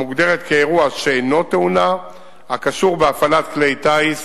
המוגדרת כאירוע שאינו תאונה הקשור בהפעלת כלי טיס